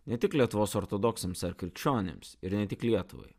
ne tik lietuvos ortodoksams ar krikščionims ir ne tik lietuvai